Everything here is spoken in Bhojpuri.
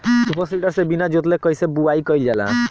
सूपर सीडर से बीना जोतले कईसे बुआई कयिल जाला?